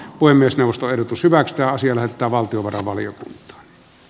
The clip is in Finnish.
voi myös jostain pysyvästä asian että valtiovarainvalio o